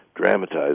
dramatize